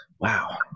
wow